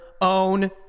own